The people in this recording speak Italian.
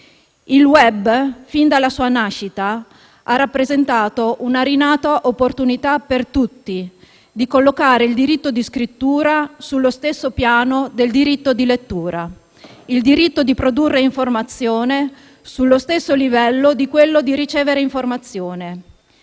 Il *web,* fin dalla sua nascita, ha rappresentato una rinata opportunità per tutti di collocare il diritto di scrittura sullo stesso piano del diritto di lettura, il diritto di produrre informazione sullo stesso livello di quello di ricevere informazione.